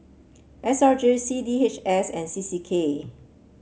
S R J C D H S and C C K